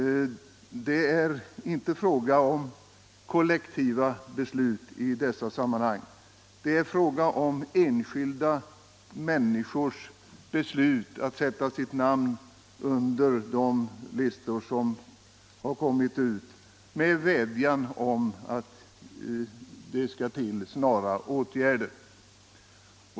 Det är inte fråga om kollektiva beslut i detta sammanhang, utan om enskilda människors beslut att skriva sina namn på de listor som har lagts ut med vädjan om snara åtgärder.